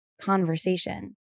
Conversation